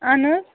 اَہن حظ